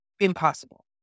impossible